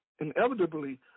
inevitably